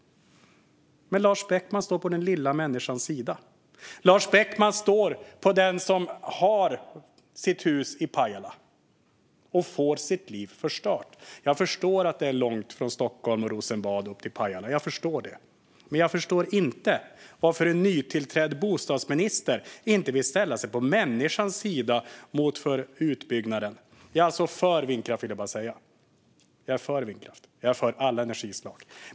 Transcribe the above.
Men Lars Beckman står på den lilla människans sida. Lars Beckman står på samma sida som den som har sitt hus i Pajala och får sitt liv förstört. Jag förstår att det är långt från Stockholm och Rosenbad upp till Pajala. Jag förstår det. Men jag förstår inte varför en nytillträdd bostadsminister inte vill ställa sig på människans sida i stället för på utbyggnadens. Jag är alltså för vindkraft, vill jag bara säga. Jag är för alla energislag.